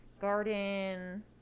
garden